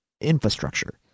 infrastructure